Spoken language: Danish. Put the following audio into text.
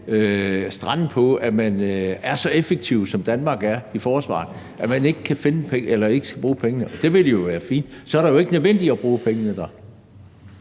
strande på, at man er så effektiv i forsvaret, som Danmark er, at man ikke skal bruge pengene. Det ville jo være fint. Så er det jo ikke nødvendigt at bruge pengene dér.